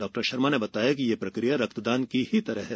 डॉ शर्मा ने बताया कि यह प्रक्रिया रक्तदान की तरह ही है